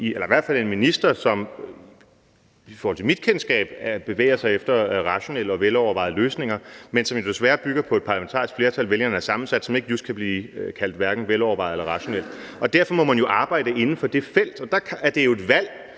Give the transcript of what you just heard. eller i hvert fald en minister – som i forhold til mit kendskab bevæger sig efter rationelle og velovervejede løsninger, men som desværre bygger på et parlamentarisk flertal, som vælgerne har sammensat, og som ikke just kan blive kaldt hverken velovervejet eller rationel. Derfor må man jo arbejde inden for det felt. Og der er det jo et valg,